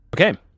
Okay